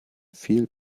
viel